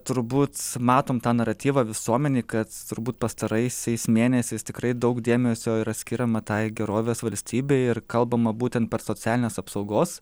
turbūt matom tą naratyvą visuomenėj kad turbūt pastaraisiais mėnesiais tikrai daug dėmesio yra skiriama tai gerovės valstybei ir kalbama būtent per socialinės apsaugos